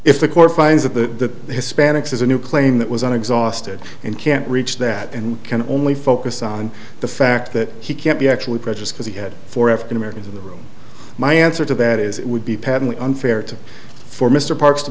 finds that the hispanics as a new claim that was an exhausted and can't reach that and can only focus on the fact that he can't be actually precious because he had four african americans in the room my answer to that is it would be patently unfair to for mr parks to